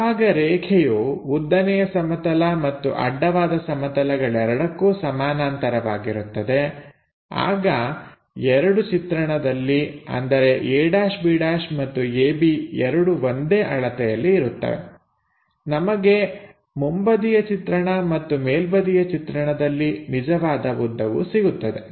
ಯಾವಾಗ ರೇಖೆಯು ಉದ್ದನೆಯ ಸಮತಲ ಮತ್ತು ಅಡ್ಡವಾದ ಸಮತಲಗಳೆರಡಕ್ಕೂ ಸಮಾನಾಂತರವಾಗಿರುತ್ತದೆ ಆಗ ಎರಡು ಚಿತ್ರಣದಲ್ಲಿ ಅಂದರೆ a'b' ಮತ್ತು ab ಎರಡು ಒಂದೇ ಅಳತೆಯಲ್ಲಿ ಇರುತ್ತವೆ ನಮಗೆ ಮುಂಬದಿಯ ಚಿತ್ರಣ ಮತ್ತು ಮೇಲ್ಬದಿಯ ಚಿತ್ರಣದಲ್ಲಿ ನಿಜವಾದ ಉದ್ದವು ಸಿಗುತ್ತದೆ